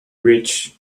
rich